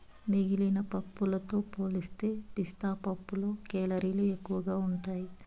మిగిలిన పప్పులతో పోలిస్తే పిస్తా పప్పులో కేలరీలు ఎక్కువగా ఉంటాయి